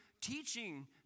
teaching